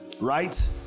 Right